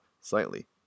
slightly